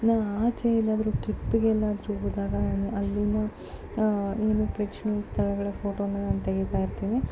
ನಾ ಆಚೆ ಎಲ್ಲಾದರೂ ಟ್ರಿಪ್ಪಿಗೆ ಎಲ್ಲಾದರೂ ಹೋದಾಗ ನಾನು ಅಲ್ಲಿನ ಏನು ಪ್ರೇಕ್ಷಣೀಯ ಸ್ಥಳಗಳ ಫೋಟೋನ ನಾನು ತೆಗಿತಾ ಇರ್ತೀನಿ